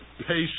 patient